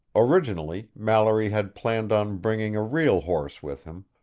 originally, mallory had planned on bringing a real horse with him,